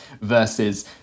versus